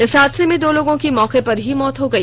इस हादसे में दो लोगों की मौके पर ही मौत हो गई